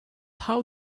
how